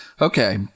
Okay